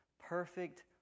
perfect